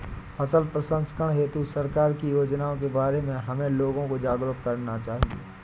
फसल प्रसंस्करण हेतु सरकार की योजनाओं के बारे में हमें लोगों को जागरूक करना चाहिए